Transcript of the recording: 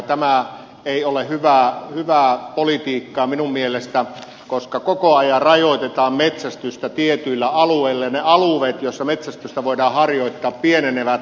tämä ei ole hyvää politiikkaa minun mielestäni koska koko ajan rajoitetaan metsästystä tietyillä alueilla ja ne alueet joilla metsästystä voidaan harjoittaa pienenevät